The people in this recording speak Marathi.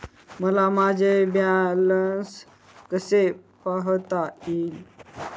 मला माझे बॅलन्स कसे पाहता येईल?